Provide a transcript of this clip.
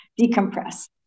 decompress